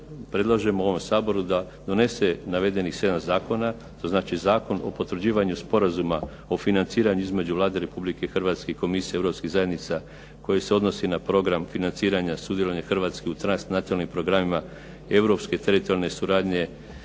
predlažem ovom Saboru da donese navedenih sedam zakona, znači Zakon o Potvrđivanju sporazuma o financiranju između Vlade Republike Hrvatske i Komisije europskih zajednica koji se odnosi na Program financiranja sudjelovanja Hrvatske u transnacionalnim programima europske teritorijalne suradnje,